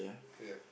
ya